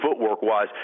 footwork-wise